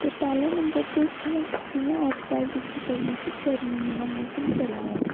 ते पैह्ला नम्बर तुस हून जियां अज्जकल दिक्खी सकने कि गर्मियें दा मोसम चला दा